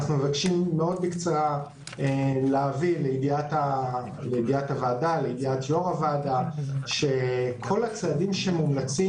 אנחנו מבקשים להביא לידיעת הוועדה ויו"ר הוועדה שכל הצעדים שמומלצים